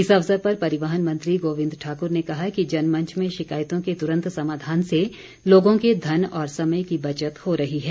इस अवसर पर परिवहन मंत्री गोविंद ठाकुर ने कहा कि जनमंच में शिकायतों के तुरंत समाधान से लोगों के धन और समय की बचत हो रही है